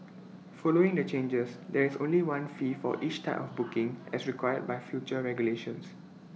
following the changes there is only one fee for each type of booking as required by future regulations